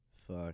fuck